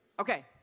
Okay